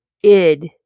Id